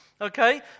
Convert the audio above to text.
Okay